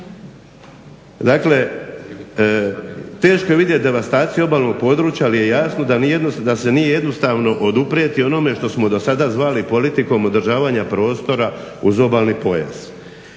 Dakle, teško je vidjeti devastaciju obalnog područja, ali je jasno da se nije jednostavno oduprijeti onome što smo do sada zvali politikom održavanja prostora uz obalni pojas.